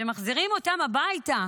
שמחזירים אותם הביתה